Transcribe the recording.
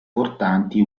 portanti